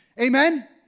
Amen